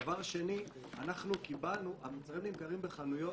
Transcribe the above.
דבר שני, המוצרים נמכרים בחנויות